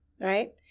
Right